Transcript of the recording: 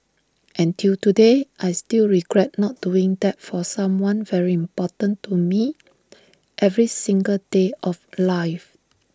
and till today I still regret not doing that for someone very important to me every single day of life